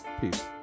peace